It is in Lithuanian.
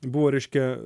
buvo reiškia